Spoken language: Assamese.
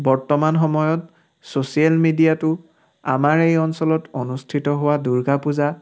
বৰ্তমান সময়ত ছ'চিয়েল মিডিয়াতো আমাৰ এই অঞ্চলত অনুষ্ঠিত হোৱা দুৰ্গা পূজা